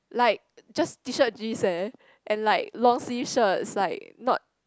like just T shirt jeans eh and like long sleeve shirts like not